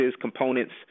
components